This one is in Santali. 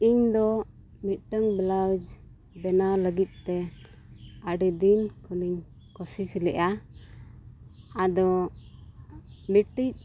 ᱤᱧᱫᱚ ᱢᱤᱫᱴᱟᱝ ᱵᱞᱟᱣᱩᱡᱽ ᱵᱮᱱᱟᱣ ᱞᱟᱹᱜᱤᱫ ᱛᱮ ᱟᱹᱰᱤ ᱫᱤᱱ ᱠᱷᱚᱱᱤᱧ ᱠᱳᱥᱤᱥ ᱞᱮᱫᱼᱟ ᱟᱫᱚ ᱢᱤᱫᱴᱤᱡ